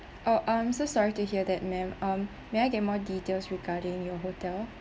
oh I'm so sorry to hear that ma'am um may I get more details regarding your hotel